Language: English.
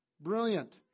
Brilliant